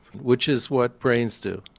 which is what brains do.